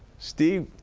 steve,